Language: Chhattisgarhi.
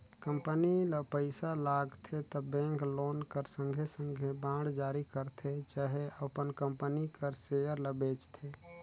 कंपनी ल पइसा लागथे त बेंक लोन कर संघे संघे बांड जारी करथे चहे अपन कंपनी कर सेयर ल बेंचथे